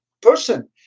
person